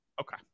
Okay